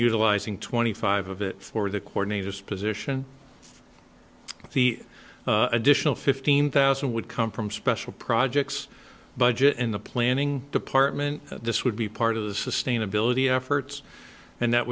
utilizing twenty five of it for the corniest position the additional fifteen thousand would come from special projects budget in the planning department this would be part of the sustainability efforts and that